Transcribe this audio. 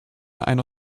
einer